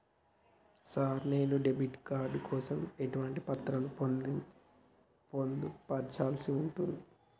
Sir నేను debit card కోసం ఎటువంటి పత్రాలను పొందుపర్చాల్సి ఉంటది?